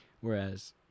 Whereas